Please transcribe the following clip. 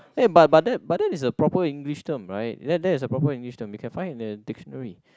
eh but but that but that is a proper English term right that that is a proper English term you can find it in the dictionary